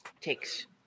takes